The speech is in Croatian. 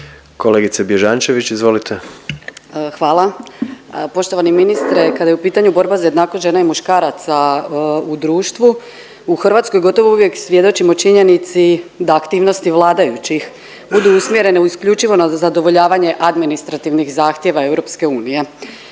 izvolite. **Bježančević, Sanja (SDP)** Hvala. Poštovani ministre kada je u pitanju borba za jednakost žena i muškaraca u društvu u Hrvatskoj gotovo uvijek svjedočimo činjenici da aktivnosti vladajućih budu usmjerene isključivo na zadovoljavanje administrativnih zahtjeva EU.